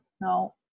no